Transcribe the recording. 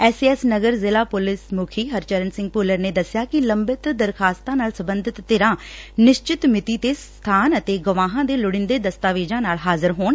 S A S Nagar ਜ਼ਿਲ੍ਹਾ police ਮੁਖੀ ਹਰਚਰਨ ਸਿੰਘ ਭੁੱਲਰ ਨੇ ਦਸਿਆ ਕਿ ਲੰਬਿਤ ਦਰਖਾਸਤਾਂ ਨਾਲ ਸਬੰਧਤ ਧਿਰਾਂ ਨਿਸ਼ਚਿਤ ਮੈਤੀ ਤੇ ਸਬਾਨ ਤੇ ਗਵਾਹਾਂ ਤੇ ਲੋੜੀਂਦੇ ਦਸਤਾਵੇਜਾਂ ਨਾਲ ਹਜ਼ਾਰ ਹੋਣ